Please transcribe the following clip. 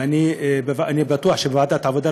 ואני בטוח שבוועדת העבודה,